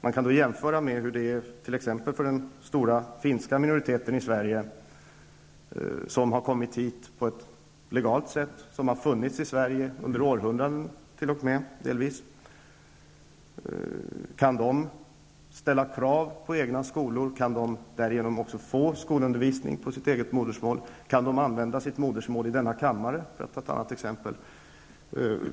Man kan jämföra med hur det är t.ex. för den stora finska minoriteten i Sverige -- människor som har kommit hit på ett legalt sätt, som delvis har funnits i Sverige under århundraden t.o.m. Kan dessa människor ställa krav på skolor, kan de därigenom också få skolundervisning på sitt modersmål, kan de använda sitt modersmål i denna kammare, för att ta ytterligare ett exempel?